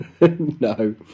No